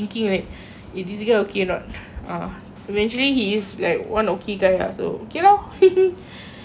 eventually he is like one okay guy lah so okay lor okay last question